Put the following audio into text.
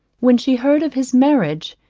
when she heard of his marriage,